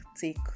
take